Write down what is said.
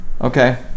Okay